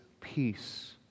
peace